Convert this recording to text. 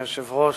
אדוני היושב-ראש,